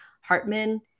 Hartman